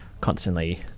constantly